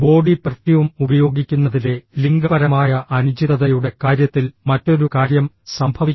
body perfume ഉപയോഗിക്കുന്നതിലെ ലിംഗപരമായ അനുചിതതയുടെ കാര്യത്തിൽ മറ്റൊരു കാര്യം സംഭവിക്കാം